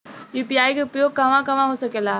UPI के उपयोग कहवा कहवा हो सकेला?